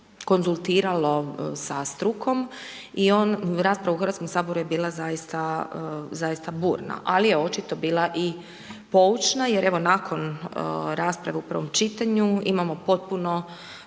konzultirao sa strukom i rasprava u Hrvatskom saboru je bila zaista burna, ali je očito bila i poučna, jer evo, nakon rasprave u 1. čitanju imamo potpuno